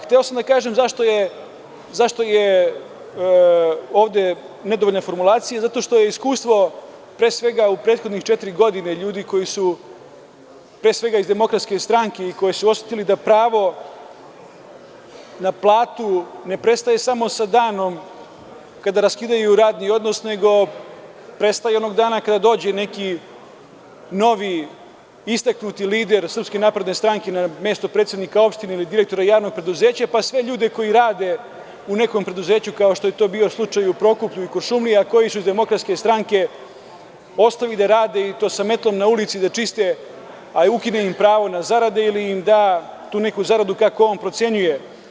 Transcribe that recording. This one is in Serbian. Hteo sam da kažem zašto je ovde nedovoljna formulacija, zato što je iskustvo pre svega u četiri prethodne godine ljudi koji su pre svega iz DS i koji su osetili da pravo na platu ne prestaje samo sa danom kada raskidaju radni odnos, nego prestaje onog dana kada dođe neki novi istaknuti lider SNS na mesto predsednika opštine ili direktora javnog preduzeća, pa sve ljude koji rade u nekom preduzeću kao što je to bio slučaj u Prokuplju i Kuršumliji, a koji su iz DS, ostavili da rade sa metlom na ulici da čiste, a ukida im pravo na zarade ili im da neku zaradu kakvu on procenjuje.